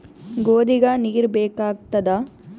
ಗೋಧಿಗ ನೀರ್ ಬೇಕಾಗತದ?